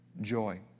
joy